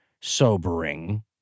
sobering